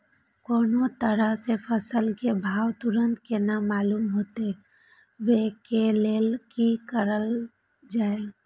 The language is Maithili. कोनो तरह के फसल के भाव तुरंत केना मालूम होते, वे के लेल की करल जाय?